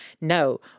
no